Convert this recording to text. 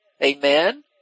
Amen